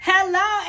Hello